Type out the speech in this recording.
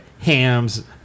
hams